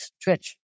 stretch